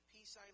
Peace